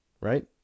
Right